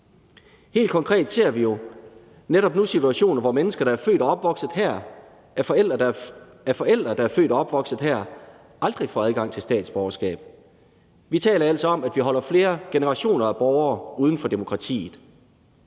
der er født og opvokset her, af forældre, der er født og opvokset her, aldrig får adgang til statsborgerskab. Vi taler altså om, at vi holder flere generationer af borgere uden for demokratiet.